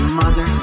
mother